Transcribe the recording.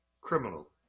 criminal